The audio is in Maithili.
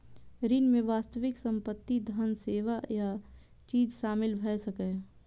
ऋण मे वास्तविक संपत्ति, धन, सेवा या चीज शामिल भए सकैए